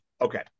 Okay